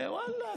ואללה,